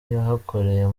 yahakoreye